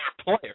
player